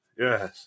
yes